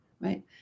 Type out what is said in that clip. right